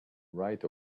right